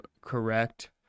correct